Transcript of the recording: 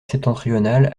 septentrionale